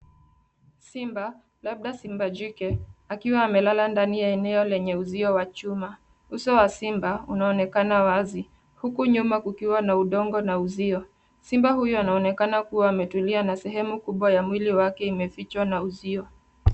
Simba, labda simba jike, akiwa amelala ndani ya eneo lenye uzio wa chuma. Uso wa simba unaonekana wazi, huku nyuma kukiwa na udongo na uzio. Simba huyo anaonekana kua ametulia, na sehemu kubwa ya mwili wake imefichwa na uzio.